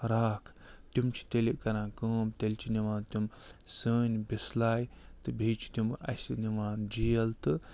راکھ تِم چھِ تیٚلہِ کران کٲم تیٚلہِ چھِ نِوان تِم سٲنۍ بِسلَے تہٕ بیٚیہِ چھِ تِم اَسہِ نِوان جیل تہٕ